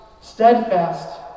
steadfast